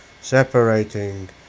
separating